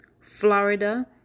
Florida